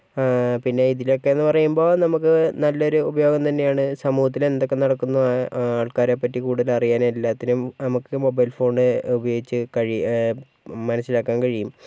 പിന്നെ ഇതിലേക്ക് എന്ന പറയുമ്പോൾ നമുക്ക് നല്ലൊരു ഉപയോഗം തന്നെയാണ് സമൂഹത്തില് എന്തൊക്കെ നടക്കുന്നോ ആൾക്കാരെ പറ്റി കൂടുതൽ അറിയാനും എല്ലാത്തിനും മൊബൈൽ ഫോൺ ഉപയോഗിച്ച് കഴി മനസിലാക്കാൻ കഴിയും